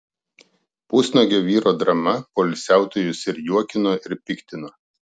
pusnuogio vyro drama poilsiautojus ir juokino ir piktino